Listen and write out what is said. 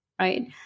Right